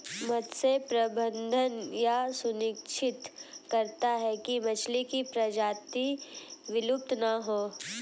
मत्स्य प्रबंधन यह सुनिश्चित करता है की मछली की प्रजाति विलुप्त ना हो